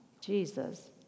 Jesus